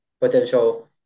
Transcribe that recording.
potential